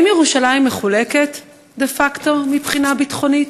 האם ירושלים מחולקת דה-פקטו מבחינה ביטחונית?